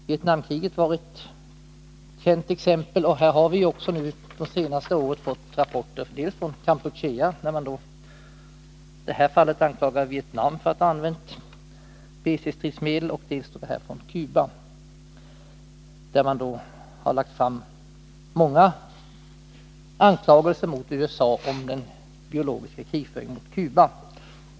Vietnamkriget är ett känt exempel, och under det senaste året har vi fått rapporter dels från Kampuchea, där man anklagar Vietnam för att ha använt BC-stridsmedel, dels från Cuba, där man nu har lagt fram många anklagelser mot USA om den biologiska krigföringen mot Cuba.